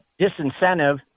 disincentive